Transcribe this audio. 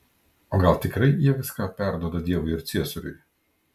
o gal tikrai jie viską perduoda dievui ir ciesoriui